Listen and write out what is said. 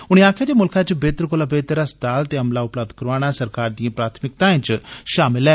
उनें आक्खेआ मुल्खै च बेह्तर कोला बेह्तर अस्पताल ते अमला उपलब्ध करोआना सरकार दिएं प्राथमिकताएं च शामल ऐ